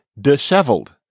disheveled